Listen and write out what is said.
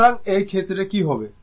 সুতরাং এই ক্ষেত্রে কি হবে